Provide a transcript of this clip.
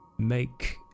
Make